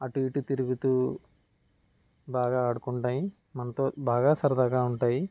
అటు ఇటు తిరుగుతూ బాగా ఆడుకుంటాయి మనతో బాగా సరదాగా ఉంటాయి